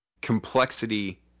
complexity